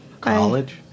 college